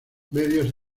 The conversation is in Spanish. medios